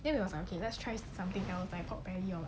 then he was like okay let's try something else like pork belly or